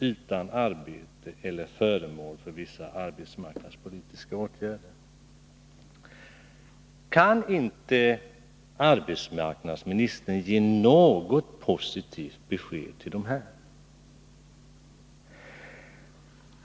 Kan inte arbetsmarknadsministern ge 15 februari 1982 något positivt besked till dessa ungdomar?